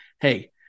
hey